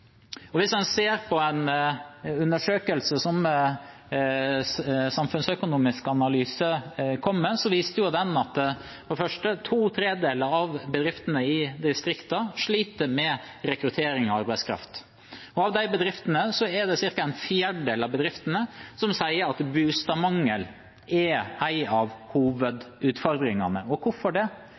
områder. Hvis en ser på en undersøkelse som Samfunnsøkonomisk analyse kom med, viser den for det første at to tredjedeler av bedriftene i distriktene sliter med rekruttering av arbeidskraft, og av de bedriftene er det ca. en fjerdedel som sier at boligmangel er en av hovedutfordringene. Hvorfor det?